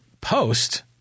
post